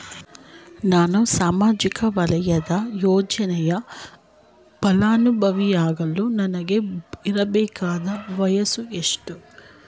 ನಾನು ಸಾಮಾಜಿಕ ವಲಯದ ಯೋಜನೆಯ ಫಲಾನುಭವಿಯಾಗಲು ನನಗೆ ಇರಬೇಕಾದ ವಯಸ್ಸುಎಷ್ಟು?